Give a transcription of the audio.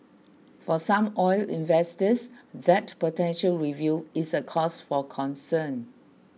for some oil investors that potential review is a cause for concern